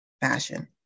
fashion